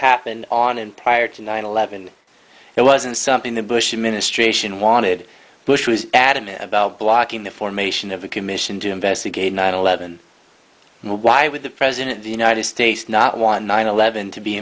happened on and prior to nine eleven it wasn't something the bush administration wanted bush was adamant about blocking the formation of a commission to investigate nine eleven and why would the president of the united states not want nine eleven to be